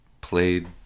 played